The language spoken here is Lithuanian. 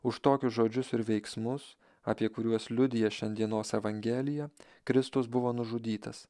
už tokius žodžius ir veiksmus apie kuriuos liudija šiandienos evangelija kristus buvo nužudytas